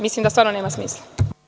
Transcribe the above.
Mislim da to stvarno nema smisla.